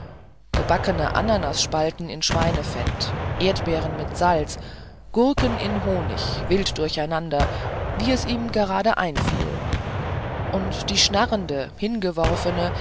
gebackene ananasspalten in schweinefett erdbeeren mit salz gurken in honig wild durcheinander wie es ihm gerade einfiel und die schnarrende hingeworfene